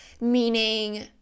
meaning